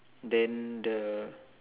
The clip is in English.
then the